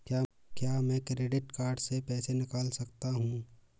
क्या मैं credit card से पैसे निकाल सकता हूँ?